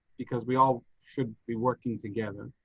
because we all should be working together.